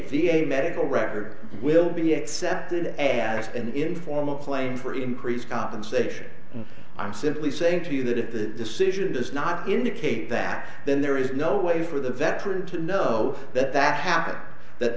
p a medical record will be accepted as an informal claim for increased compensation and i'm simply saying to you that if the decision does not indicate that then there is no way for the veteran to know that that happened that